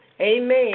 Amen